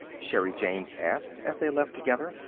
sherri james asked, as they left together.